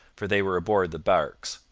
for they were aboard the barques,